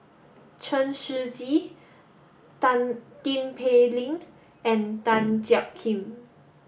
Chen Shiji Tan Tin Pei Ling and Tan Jiak Kim